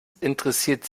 interessiert